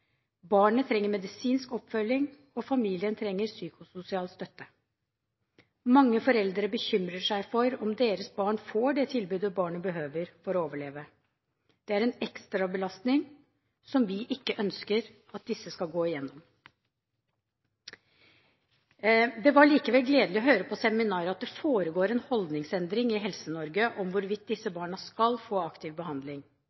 Barnet trenger medisinsk oppfølging, og familien trenger psykososial støtte. Mange foreldre bekymrer seg for om deres barn får det tilbudet barnet behøver for å overleve. Det er en ekstrabelastning som vi ikke ønsker at disse skal gå igjennom. Det var likevel gledelig å høre på seminaret at det foregår en holdningsendring i Helse-Norge om hvorvidt disse